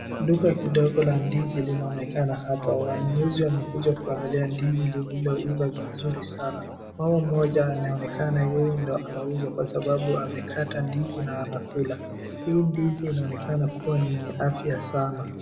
Duka kidogo la ndizi linaonekana hapa. Wanunuzi wamekuja kuangalia ndizi lililoiva vizuri sana. Mama mmoja anaonekana yeye ndio anauza kwa sababu amekata ndizi na anakula. Hii ndizi inaonekana kuwa ni yenye afya sana.